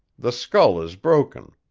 the skull is broken.